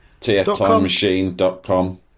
TFTimemachine.com